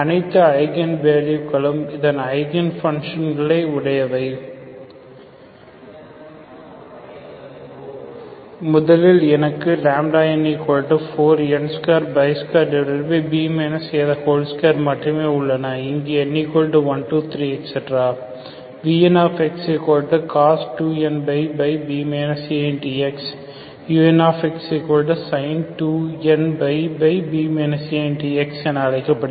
அனைத்து ஐகன் வேல்யூஸ்களும் அதன் ஐகன் பங்க்ஷன்கள் உடையவை முதலில் எனக்கு n4n22b a2 மட்டுமே உள்ளன இங்கு n 123 vncos2n b a x unsin2n b a x என அழைக்கப்படும்